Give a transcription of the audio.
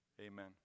Amen